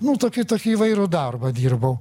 nu tokį tokį įvairų darbą dirbau